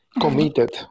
committed